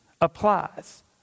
applies